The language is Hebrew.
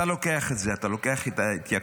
אתה לוקח את זה, אתה לוקח את ההתייקרויות,